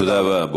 תודה רבה.